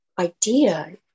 idea